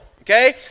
okay